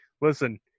listen